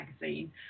magazine